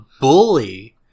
bully